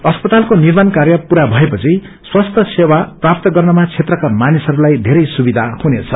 अस्पातालको निार्माण कार्य पूरा भएपछि स्वस्थ्य सेवा प्राप्त गर्नमा क्षेत्रमा मानिसहस्लाई धेरै सुविधा हुनेछ